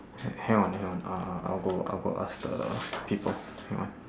ha~ hang on hang on uh uh I'll go I'll go ask the people hang on